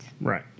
Right